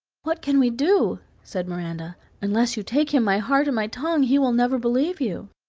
what can we do? said miranda unless you take him my heart and my tongue he will never believe you.